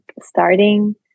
starting